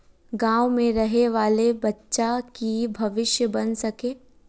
गाँव में रहे वाले बच्चा की भविष्य बन सके?